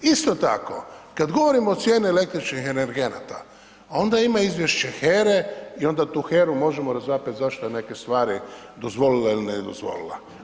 Isto tako, kad govorimo o cijeni električnih energenata, a onda ima Izvješće HERA-e i onda tu HERA-e možemo razapet zašto je neke stvari dozvolila, il' ne dozvolila.